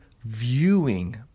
viewing